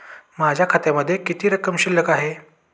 माझ्या खात्यामध्ये किती रक्कम शिल्लक आहे?